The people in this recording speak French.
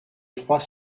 trois